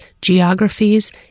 geographies